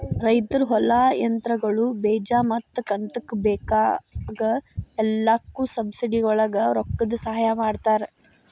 ರೈತರ ಹೊಲಾ, ಯಂತ್ರಗಳು, ಬೇಜಾ ಮತ್ತ ಕಂತಕ್ಕ ಬೇಕಾಗ ಎಲ್ಲಾಕು ಸಬ್ಸಿಡಿವಳಗ ರೊಕ್ಕದ ಸಹಾಯ ಮಾಡತಾರ